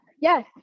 Yes